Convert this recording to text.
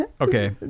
okay